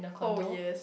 oh yes